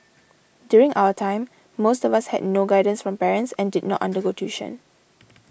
during our time most of us had no guidance from parents and did not undergo tuition